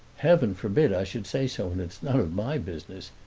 heaven forbid i should say so, and it's none of my business.